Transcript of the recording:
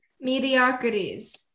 mediocrities